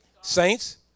saints